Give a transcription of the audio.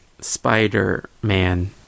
Spider-man